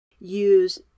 use